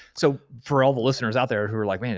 so for all the listeners out there who are like, man,